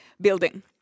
building